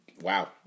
Wow